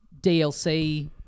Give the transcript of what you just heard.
DLC